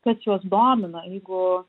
kas juos domina jeigu